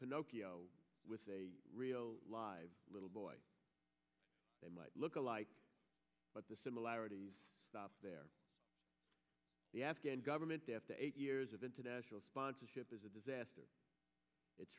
confuse with a real live little boy they might look alike but the similarities stop there the afghan government after eight years of international sponsorship is a disaster it